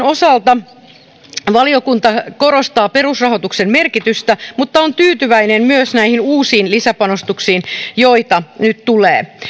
osalta valiokunta korostaa perusrahoituksen merkitystä mutta on tyytyväinen myös näihin uusiin lisäpanostuksiin joita nyt tulee